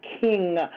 King